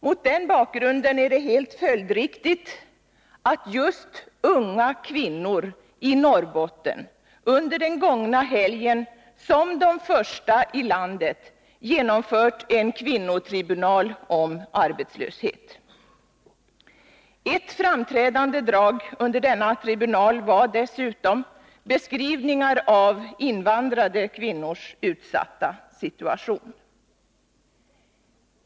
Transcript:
Mot den bakgrunden är det helt följdriktigt att just unga kvinnor i Norrbotten under den gångna helgen, som de första i landet, har genomfört en kvinnotribunal om arbetslöshet. Ett framträdande drag under denna tribunal var dessutom beskrivningar av invandrade kvinnors utsatta situation.